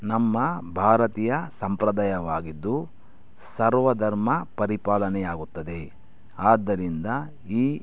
ನಮ್ಮ ಭಾರತೀಯ ಸಂಪ್ರದಾಯವಾಗಿದ್ದು ಸರ್ವಧರ್ಮ ಪರಿಪಾಲನೆ ಆಗುತ್ತದೆ ಆದ್ದರಿಂದ ಈ